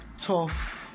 Tough